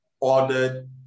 ordered